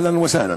אהלן וסהלן.